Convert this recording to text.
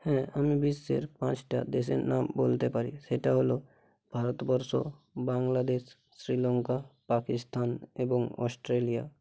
হ্যাঁ আমি বিশ্বের পাঁচটা দেশের নাম বলতে পারি সেটা হলো ভারতবর্ষ বাংলাদেশ শ্রীলঙ্কা পাকিস্তান এবং অস্ট্রেলিয়া